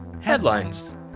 Headlines